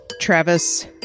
Travis